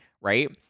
right